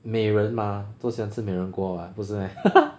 美人吗都喜欢吃美人锅 [what] 不是 meh